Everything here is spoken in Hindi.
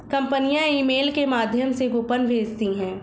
कंपनियां ईमेल के माध्यम से कूपन भेजती है